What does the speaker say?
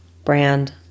brand